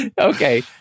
Okay